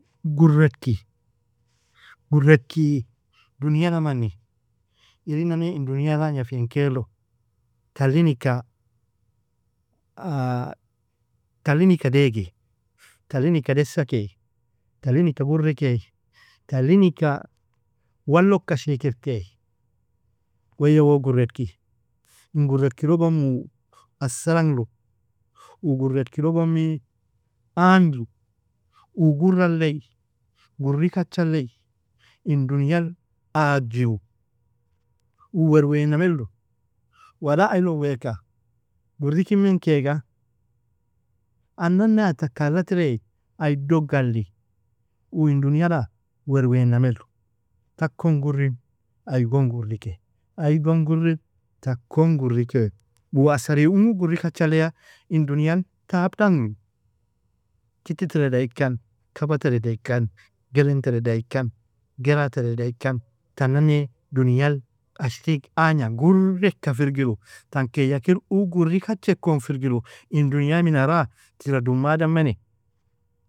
Guredki, guredki dunian amani, irinane in dunyal agnafin kailo, talin ika dagie, talin ika desakai, talin ika gurikai, talin ika waloka ashrikir tai, waya woo guredki, in guredki logm uu asar anru, uu guredki logmi agnlu, uu guralie gurikachalie in dunyal agjilu, uu werwainamelu, wala ailon weaka gurikirmenkaiga anane a taka allatirei aidog galli, uu in dunyala werwainamelu, takon gurin aigon gurikai aigon gurir takon gurikalu, uu asri ung gurikachalia in dunyal tabdanglu, kitti treda ikan kaba treda ikan gelem terda ikan gera terda ikan tanane dunyal ashrig agna gurreka firgiru, tan keia kir uog gurikachikon firgiru, in dunyi minara tira dumada meni.